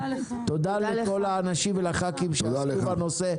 תודה לכל האנשים והח"כים שעסקו בנושא.